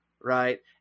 Right